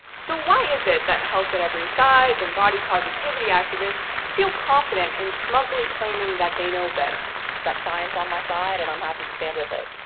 so why is it that health at every size and body positivity activists feel confident in smugly claiming that they know better? i've got science on my side and i'm happy to stand with it.